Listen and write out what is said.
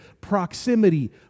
proximity